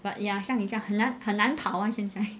but ya 像你这样很难很难跑啊现在